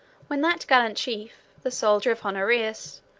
when that gallant chief, the soldier of honorius,